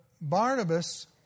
Barnabas